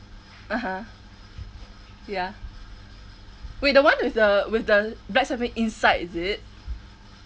(uh huh) ya wait the one with the with the black sesame inside is it